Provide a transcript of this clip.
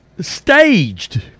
staged